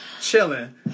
chilling